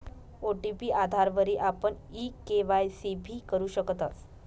OTP आधारवरी आपण e KYC भी करु शकतस